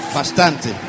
Bastante